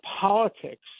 politics